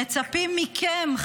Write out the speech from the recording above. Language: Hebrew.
מצפים מכם,